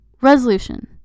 resolution